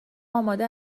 آماده